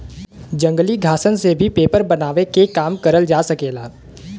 जंगली घासन से भी पेपर बनावे के काम करल जा सकेला